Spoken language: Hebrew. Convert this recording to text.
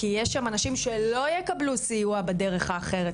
כי יש שם אנשים שלא יקבלו סיוע בדרך האחרת,